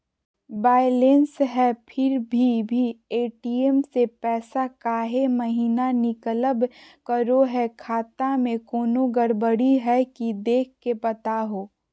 Balance है फिर भी भी ए.टी.एम से पैसा काहे महिना निकलब करो है, खाता में कोनो गड़बड़ी है की देख के बताहों?